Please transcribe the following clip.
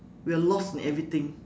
we are lost in everything